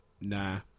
nah